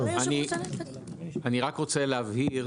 אני רק רוצה להבהיר,